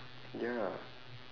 ya